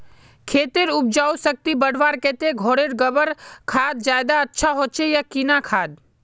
खेतेर उपजाऊ शक्ति बढ़वार केते घोरेर गबर खाद ज्यादा अच्छा होचे या किना खाद?